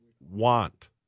want